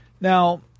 Now